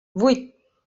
vuit